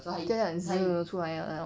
就是那种 出来的那种